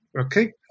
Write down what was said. okay